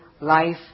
life